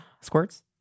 squirts